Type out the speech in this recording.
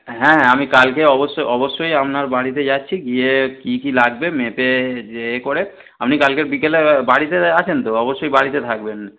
হ্যাঁ আমি কালকে অবশ্যই অবশ্যই আপনার বাড়িতে যাচ্ছি গিয়ে কী কী লাগবে মেপে ইয়ে করে আপনি কালকে বিকেলে বাড়িতে আছেন তো অবশ্যই বাড়িতে থাকবেন